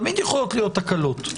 תמיד יכולות להיות תקלות,